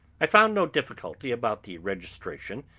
i found no difficulty about the registration,